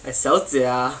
小姐啊